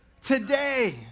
Today